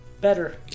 better